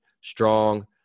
strong